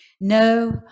No